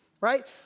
right